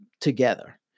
together